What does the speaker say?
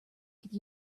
could